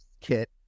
kit